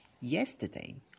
Yesterday